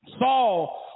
Saul